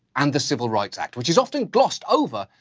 and the civil rights act, which is often glossed over,